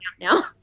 now